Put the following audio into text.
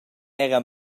era